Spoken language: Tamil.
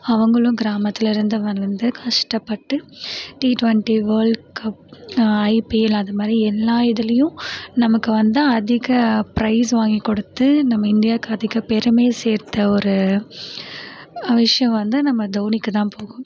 அவங்களும் கிராமத்திலேருந்து வளர்ந்து கஷ்டப்பட்டு T twenty world cup IPL அதுமாதிரி எல்லா இதிலையும் நமக்கு வந்து அதிக பிரைஸ் வாங்கி கொடுத்து நம்ம இந்தியாவுக்கு அதிக பெருமையை சேர்த்த ஒரு விஷியம் வந்து நம்ம தோனிக்கு தான் போகும்